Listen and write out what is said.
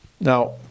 now